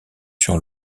sur